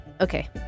Okay